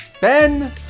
Ben